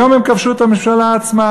היום הם כבשו את הממשלה עצמה.